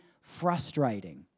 frustrating